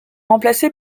remplacé